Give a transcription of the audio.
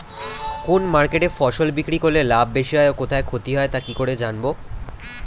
কোন মার্কেটে ফসল বিক্রি করলে লাভ বেশি হয় ও কোথায় ক্ষতি হয় তা কি করে জানবো?